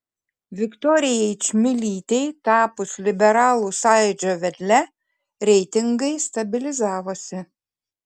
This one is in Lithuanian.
viktorijai čmilytei tapus liberalų sąjūdžio vedle reitingai stabilizavosi